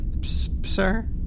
sir